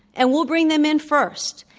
and we'll bring them in first.